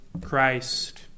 Christ